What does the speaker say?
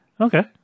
Okay